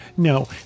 No